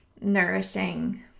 nourishing